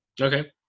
Okay